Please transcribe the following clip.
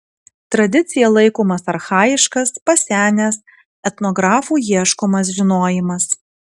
tradicija laikomas archajiškas pasenęs etnografų ieškomas žinojimas